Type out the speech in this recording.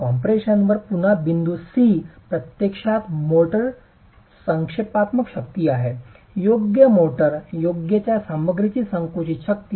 compression वर पुन्हा बिंदू C प्रत्यक्षात मोर्टार संक्षेपात्मक शक्ती आहे योग्य मोर्टार योग्य च्या सामग्रीची संकुचित शक्ती